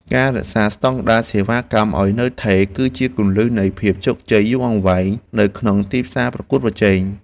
ការរក្សាស្តង់ដារសេវាកម្មឱ្យនៅថេរ គឺជាគន្លឹះនៃភាពជោគជ័យយូរអង្វែងនៅក្នុងទីផ្សារប្រកួតប្រជែង។